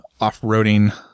off-roading